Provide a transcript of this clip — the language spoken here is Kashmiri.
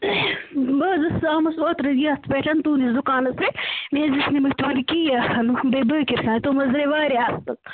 بہٕ حظ ٲسٕس آمٕژ اوترٕ یَتھ پٮ۪ٹھ تُہٕنٛدِس دُکانَس پٮ۪ٹھ مےٚ حظ ٲسۍ نمٕتۍ تُہنٛدِ کیک بیٚیہِ بٲکر خانہِ تِم حظ درٛٲے واریاہ اَصٕل